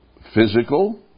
physical